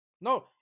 No